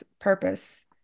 purpose